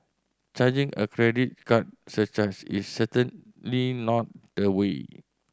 charging a credit card surcharge is certainly not the way